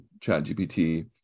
ChatGPT